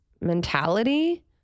mentality